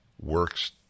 works